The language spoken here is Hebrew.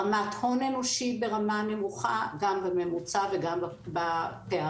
רמת הון אנושית ברמה נמוכה גם בממוצע וגם בפערים,